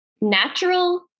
natural